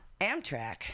Amtrak